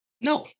No